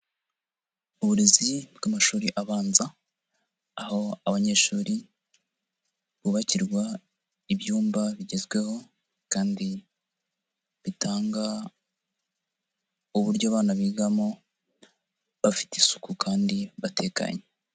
Uburezi bw'amashuri abanza aho abanyeshuri bubakirwa ibyumba bigezweho kandi bitanga uburyo abana bigamo bafite isuku kandi batekanye.